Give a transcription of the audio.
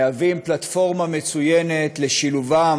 מהווים פלטפורמה מצוינת לשילובם,